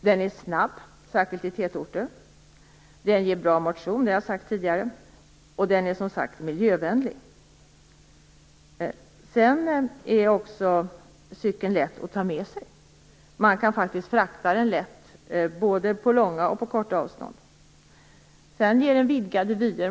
Den är snabb, särskilt i tätorter. Som jag sagt tidigare ger den bra motion och är miljövänlig. Cykeln är också lätt att ta med sig. Man kan frakta den lätt både på långa och på korta avstånd. Den ger också vidgade vyer.